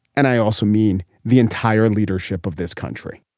and i also mean the entire leadership of this country